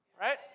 Right